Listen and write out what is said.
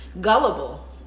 Gullible